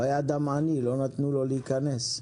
הוא היה אדם עני, לא נתנו לו להיכנס.